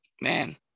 Man